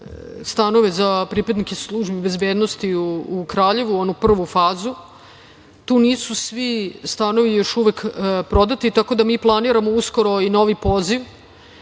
stanove za pripadnike službi bezbednosti u Kraljevu onu prvu fazu. Tu nisu svi stanovi još uvek prodati tako da mi planiramo uskoro i novi poziv